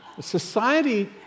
Society